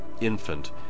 infant